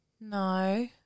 No